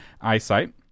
eyesight